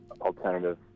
alternative